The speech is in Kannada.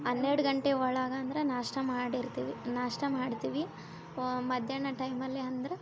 ಹನ್ನೆರಡು ಗಂಟೆ ಒಳಗೆ ಅಂದ್ರ ನಾಷ್ಟ ಮಾಡಿರ್ತೀವಿ ನಾಷ್ಟ ಮಾಡ್ತೀವಿ ಮಧ್ಯಾಹ್ನ ಟೈಮಲ್ಲಿ ಅಂದ್ರ